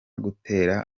gutera